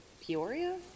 Peoria